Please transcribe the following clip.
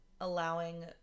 allowing